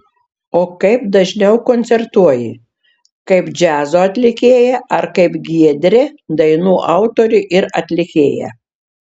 o kaip dažniau koncertuoji kaip džiazo atlikėja ar kaip giedrė dainų autorė ir atlikėja